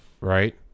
right